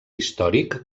històric